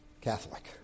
Catholic